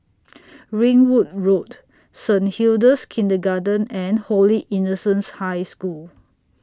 Ringwood Road Saint Hilda's Kindergarten and Holy Innocents' High School